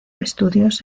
estudios